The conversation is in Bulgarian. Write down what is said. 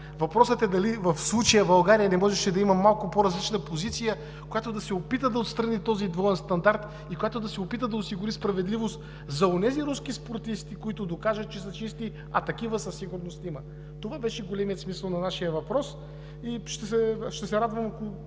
Въпросът е дали в случая България не можеше да има малко по-различна позиция, с която да се опита да отстрани този двоен стандарт и да се опита да осигури справедливост за онези руски спортисти, които докажат, че са чисти, а такива със сигурност има. Това беше големият смисъл на нашия въпрос и ще се радвам, ако